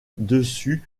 dessus